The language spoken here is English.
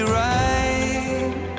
right